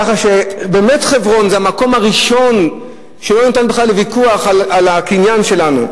ככה שבאמת חברון זה המקום הראשון שלא ניתן בכלל לוויכוח על הקניין שלנו.